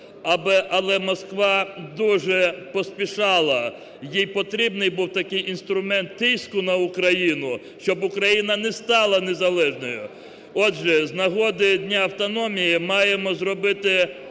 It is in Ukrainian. Але Москва дуже поспішала, їй потрібний був такий інструмент тиску на Україну, щоб Україна не стала незалежною. Отже, з нагоди Дня автономії маємо зробити